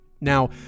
Now